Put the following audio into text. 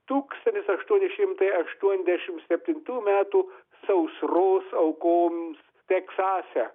tūkstantis aštuoni šimtai aštuondešimt septintų metų sausros aukoms teksase